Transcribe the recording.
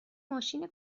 ماشین